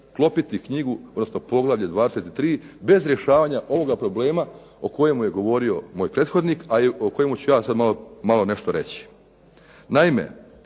zaklopiti knjigu kroz to poglavlje 23. bez rješavanja ovoga problema o kojemu je govorio moj prethodnik, a o kojemu ću ja malo nešto reći. Naime,